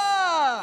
ממשלה"?